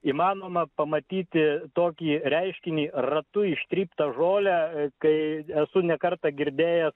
įmanoma pamatyti tokį reiškinį ratu ištryptą žolę kai esu ne kartą girdėjęs